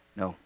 no